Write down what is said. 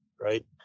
right